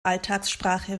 alltagssprache